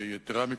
ויתירה מכך: